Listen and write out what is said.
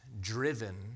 driven